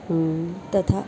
तथा